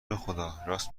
بخداراست